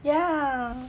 ya